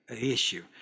issue